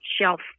shelf